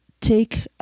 take